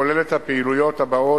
הכולל את הפעילויות הבאות,